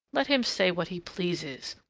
let him say what he pleases.